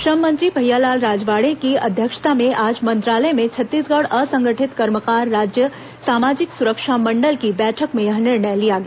श्रम मंत्री भईया लाल राजवाड़े की अध्यक्षता में आज मंत्रालय में छत्तीसगढ़ असंगठित कर्मकार राज्य समाजिक सुरक्षा मंडल की बैठक में यह निर्णय लिया गया